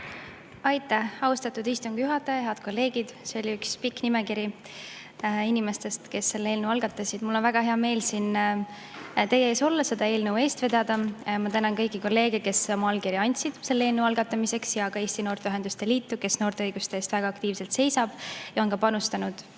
Aitäh, austatud istungi juhataja! Head kolleegid! See oli üks pikk nimekiri inimestest, kes selle eelnõu algatasid. Mul on väga hea meel siin teie ees olla, seda eelnõu eest vedada. Ma tänan kõiki kolleege, kes oma allkirja andsid selle eelnõu algatamiseks, ja ka Eesti Noorteühenduste Liitu, kes noorte õiguste eest väga aktiivselt seisab ja on [andnud]